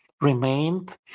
remained